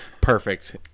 perfect